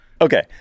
Okay